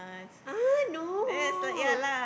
ah no